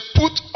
put